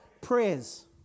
Prayers